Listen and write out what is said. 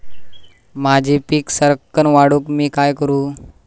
माझी पीक सराक्कन वाढूक मी काय करू?